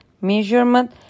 measurement